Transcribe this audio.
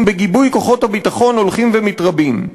בגיבוי כוחות הביטחון הולכים ומתרבים.